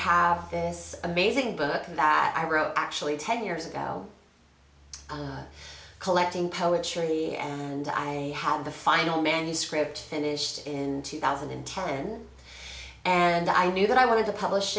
have this amazing book that i wrote actually ten years ago collecting poetry and i have the final manuscript finished in two thousand and ten and i knew that i wanted to publish